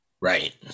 Right